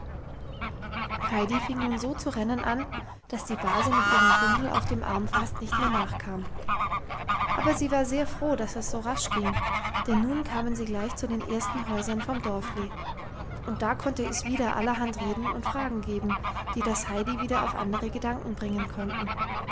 heidi fing nun so zu rennen an dass die base mit ihrem bündel auf dem arm fast nicht mehr nachkam aber sie war sehr froh dass es so rasch ging denn nun kamen sie gleich zu den ersten häusern vom dörfli und da konnte es wieder allerhand reden und fragen geben die das heidi wieder auf andere gedanken bringen konnten